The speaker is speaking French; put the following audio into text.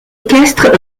équestres